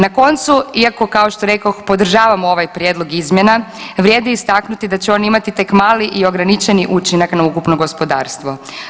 Na koncu iako kao što rekoh podržavamo ovaj prijedlog izmjena vrijedi istaknuti da će on imati tek mali i ograničeni učinak na ukupno gospodarstvo.